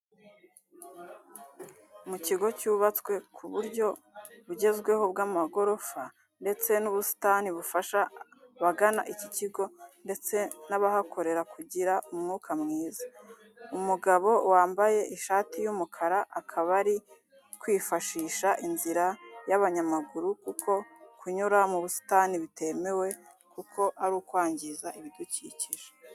Mu kigo cyubatswe ku buryo bugezweho bw'amagorofa, ndetse n'ubusitani bufasha abagana iki kigo ndetse n'abahakorera kugira umwuka mwiza. Umugabo wambaye ishati y'umukara akaba ari kwifashisha inzira y'abanyamaguru kuko kunyura mu busitani bitemewe kuko ari ukwangiza ibidukikije.